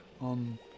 on